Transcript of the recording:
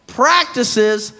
practices